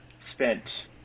spent